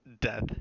death